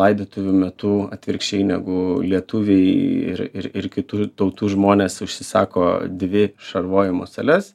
laidotuvių metu atvirkščiai negu lietuviai ir ir ir kitų tautų žmonės užsisako dvi šarvojimo sales